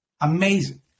amazing